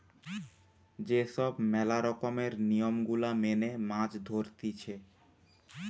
যে সব ম্যালা রকমের নিয়ম গুলা মেনে মাছ ধরতিছে